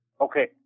Okay